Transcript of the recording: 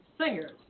singers